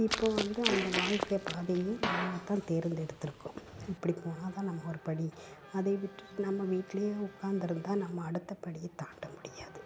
இப்போ வந்து அந்த வாழ்க்கை பாதையே வந்து தான் நாங்கள் தேர்ந்தெடுத்துருக்கோம் இப்படி போனால் தான் நம்ம ஒரு படி அதை விட்டுட்டு நம்ம வீட்லேயே உட்காந்திருந்தா நம்ம அடுத்தப்படியை தாண்ட முடியாது